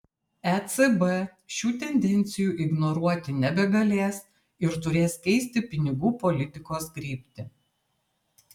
ecb šių tendencijų ignoruoti nebegalės ir turės keisti pinigų politikos kryptį